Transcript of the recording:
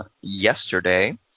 yesterday